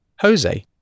Jose